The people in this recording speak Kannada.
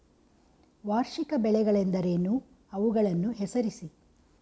ವಾರ್ಷಿಕ ಬೆಳೆಗಳೆಂದರೇನು? ಅವುಗಳನ್ನು ಹೆಸರಿಸಿ?